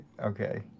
okay